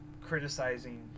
criticizing